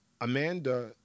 Amanda